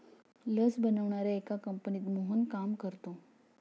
लस बनवणाऱ्या एका कंपनीत मोहन काम करतो